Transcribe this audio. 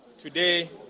Today